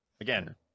Again